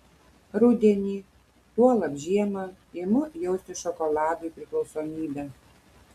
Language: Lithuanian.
rudenį tuolab žiemą imu jausti šokoladui priklausomybę